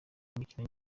imikino